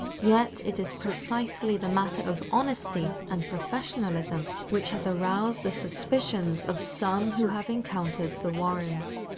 yet, it is precisely the matter of honesty and professionalism which has aroused the suspicions of some who have encountered the warrens.